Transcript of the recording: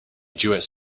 duets